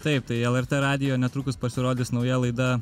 taip tai lrt radijo netrukus pasirodys nauja laida